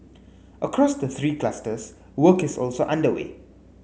across the three clusters work is also underway